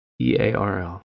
E-A-R-L